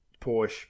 Porsche